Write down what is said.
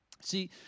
See